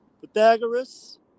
Pythagoras